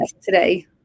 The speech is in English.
Today